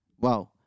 wow